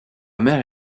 mère